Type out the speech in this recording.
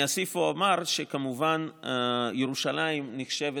אני אוסיף ואומר שכמובן ירושלים נחשבת